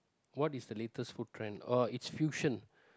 what is the latest food trend oh it's fusion